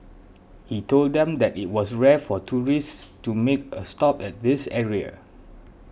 he told them that it was rare for tourists to make a stop at this area